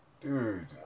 Dude